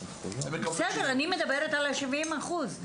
בסדר, אני מדברת על ה-70 אחוז.